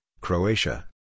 Croatia